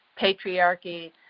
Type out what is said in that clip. patriarchy